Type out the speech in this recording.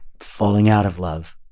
falling out of love,